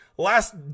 Last